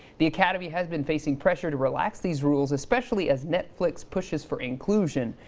the academy has been facing pressure to relax these rules. especially as netflix pushes for inclusion.